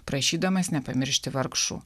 prašydamas nepamiršti vargšų